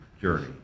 journey